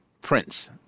Prince